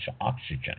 oxygen